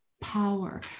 power